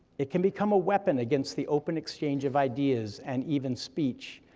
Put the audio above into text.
it can become a weapon against the open exchange of ideas, and even speech,